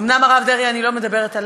אומנם, הרב דרעי, אני לא מדברת עליך,